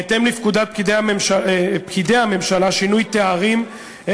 בהתאם לפקודת פקידי הממשלה (שינוי תארים),